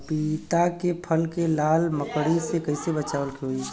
पपीता के फल के लाल मकड़ी से कइसे बचाव होखि?